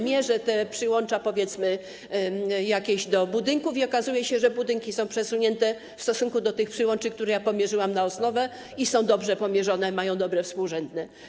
Mierzę przyłącza, powiedzmy, jakieś do budynków i okazuje się, że budynki są przesunięte w stosunku do tych przyłączy, które ja pomierzyłam na osnowę i które są dobrze pomierzone, mają dobre współrzędne.